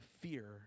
fear